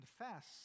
confess